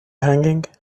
hanging